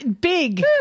big